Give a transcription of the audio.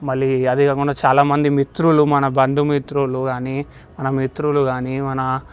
మళ్లీ అది కాకుండా చాలామంది మిత్రులు మన బంధుమిత్రులు గానీ మన మిత్రులు గానీ మన